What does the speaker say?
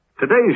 Today's